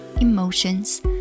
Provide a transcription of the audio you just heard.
emotions